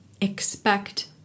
expect